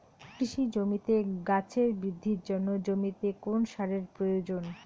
কৃষি জমিতে গাছের বৃদ্ধির জন্য জমিতে কোন সারের প্রয়োজন?